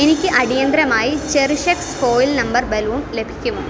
എനിക്ക് അടിയന്തിരമായി ചെറിഷ്ക്സ് ഫോയിൽ നമ്പർ ബലൂൺ ലഭിക്കുമോ